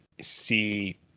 see